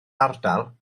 ardal